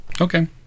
Okay